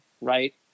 Right